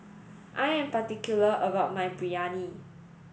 I am particular about my Biryani